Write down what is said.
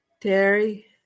Terry